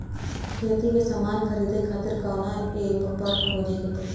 खेती के समान खरीदे खातिर कवना ऐपपर खोजे के पड़ी?